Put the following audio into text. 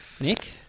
Nick